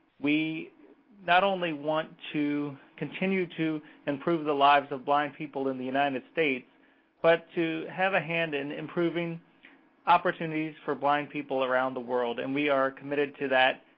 we not only want to continue to improve the lives of blind people in the united states but to have a hand in improving opportunities for blind people around the world. and we are committed to that.